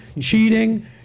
cheating